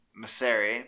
Masseri